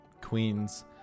queens